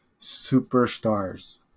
superstars